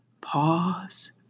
pause